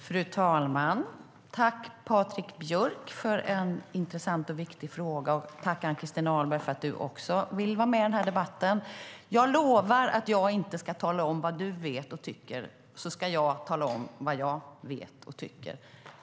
Fru talman! Tack, Patrik Björck, för en intressant och viktig fråga och tack, Ann-Christin Ahlberg, för att du också vill vara med i debatten. Jag lovar att jag inte ska tala om vad du, Ann-Christin Ahlberg, vet och tycker utan tala om vad jag vet och tycker.